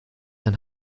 ein